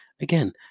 again